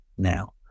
Now